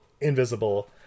invisible